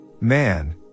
Man